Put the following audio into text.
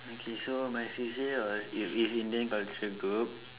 okay so my C_C_A was is is Indian cultural group